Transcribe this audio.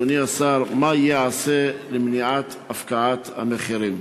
אדוני השר: מה ייעשה למניעת הפקעת המחירים?